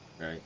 Right